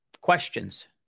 questions